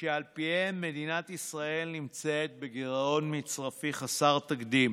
שעל פיהם מדינת ישראל נמצאת בגירעון מצרפי חסר תקדים